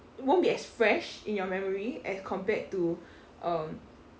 won't be as fresh in your memory as compared to um